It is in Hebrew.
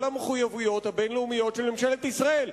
המחויבויות הבין-לאומיות של ממשלת ישראל.